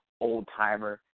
old-timer